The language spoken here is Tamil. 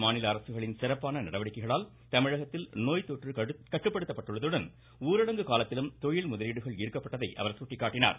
மத்திய மாநில அரசுகளின் சிறப்பான நடவடிக்கைகளால் தமிழகத்தில் நோய்த்தொற்று கட்டுப்படுத்தப்பட்டுள்ளதுடன் ஊரடங்கு காலத்திலும் கொழில் முதலீடுகள் ஈர்க்கப்பட்டதை அவர் சுட்டிக்காட்டினார்